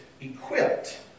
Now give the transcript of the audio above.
equipped